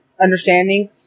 understanding